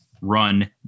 run